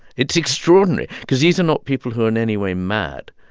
it's extraordinary because these are not people who in any way mad.